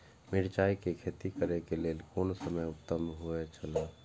मिरचाई के खेती करे के लेल कोन समय उत्तम हुए छला?